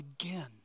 again